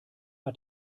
hat